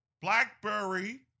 BlackBerry